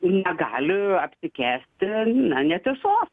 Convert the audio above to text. negali apsikęsti na netiesos